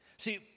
See